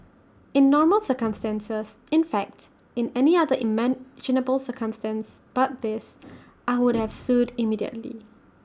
in normal circumstances in fact in any other imaginable circumstance but this I would have sued immediately